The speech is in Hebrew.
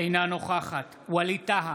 אינה נוכחת ווליד טאהא,